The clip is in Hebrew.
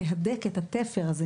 תהדק את התפר הזה,